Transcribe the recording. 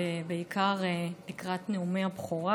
בעיקר לקראת נאומי הבכורה.